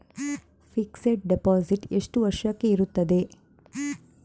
Fixed deposit ಎಷ್ಟು ವರ್ಷಕ್ಕೆ ಇರುತ್ತದೆ?